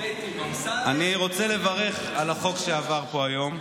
אני רוצה לברך על החוק שעבר פה היום.